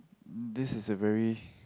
this is a very